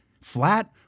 Flat